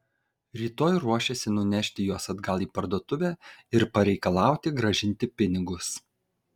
rytoj ruošėsi nunešti juos atgal į parduotuvę ir pareikalauti grąžinti pinigus